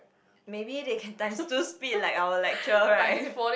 maybe they can times two speed like our lecture right